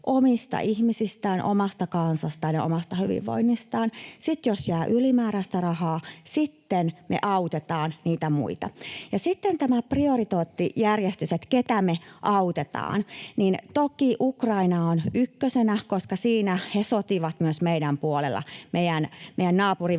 omista ihmisistään, omasta kansastaan ja omasta hyvinvoinnistaan. Sitten, jos jää ylimääräistä rahaa, me autetaan niitä muita. Sitten tämä prioriteettijärjestys, että ketä me autetaan: Toki Ukraina on ykkösenä, koska siinä he sotivat myös meidän puolellamme, meidän naapurivaltiotamme